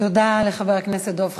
תודה לחבר הכנסת דב חנין.